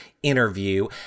interview